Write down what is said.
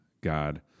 God